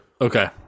Okay